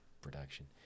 production